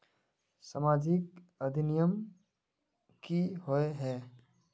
सामाजिक अधिनियम की होय है?